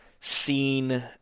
seen